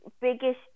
biggest